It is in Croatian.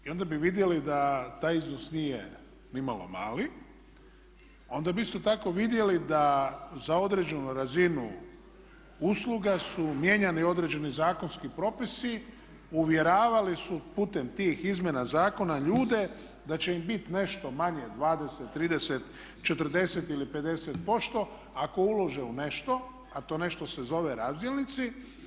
I onda bi vidjeli da taj iznos nije ni malo mali, onda bi isto tako vidjeli da za određenu razinu usluga su mijenjani određeni zakonski propisi, uvjeravali su putem tih izmjena zakona ljude da će im biti nešto manje 20, 30, 40 ili 50% ako ulože u nešto, a to nešto se zove razdjelnici.